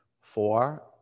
four